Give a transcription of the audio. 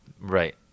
Right